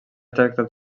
tractat